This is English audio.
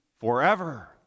forever